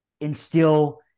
Instill